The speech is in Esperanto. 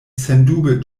sendube